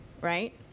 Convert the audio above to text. right